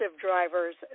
drivers